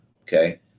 okay